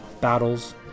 battles